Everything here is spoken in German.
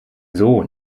sohn